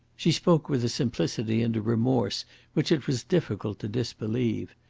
she spoke with simplicity and a remorse which it was difficult to disbelieve.